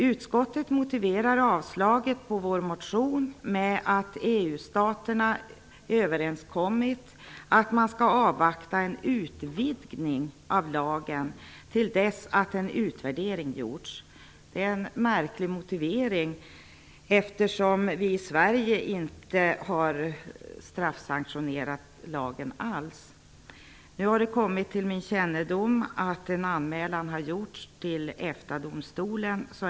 Utskottet motiverar avstyrkandet av vår motion med att EU staterna överenskommit att man skall avvakta en utvidgning av lagen till dess att en utvärdering gjorts. Det är en märklig motivering, eftersom vi i Sverige inte alls har straffsanktionerat lagen. Nu har det kommit till min kännedom att en anmälan gjorts till EFTA-domstolen.